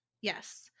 Yes